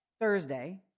Thursday